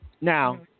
Now